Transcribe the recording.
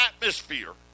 atmosphere